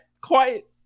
quiet